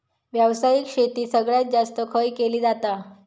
व्यावसायिक शेती सगळ्यात जास्त खय केली जाता?